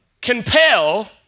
compel